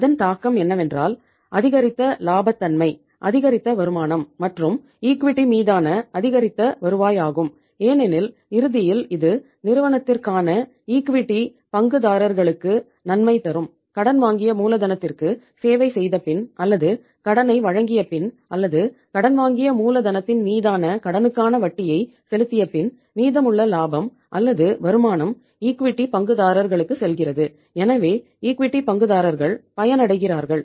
அதன் தாக்கம் என்னவென்றால் அதிகரித்த இலாபத்தன்மை அதிகரித்த வருமானம் மற்றும் ஈக்விட்டி பங்குதாரர்கள் பயனடைகிறார்கள்